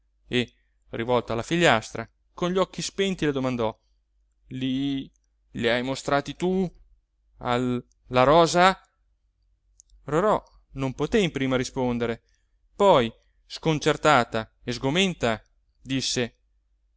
e rivolto alla figliastra con gli occhi spenti le domandò i li hai mostrati tu al la rosa rorò non poté in prima rispondere poi sconcertata e sgomenta disse